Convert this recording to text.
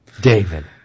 david